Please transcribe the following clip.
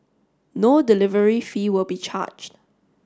no delivery fee will be charged